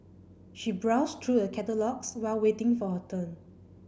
she browsed through the catalogues while waiting for her turn